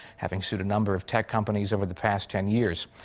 having sued a number of tech companies over the past ten years.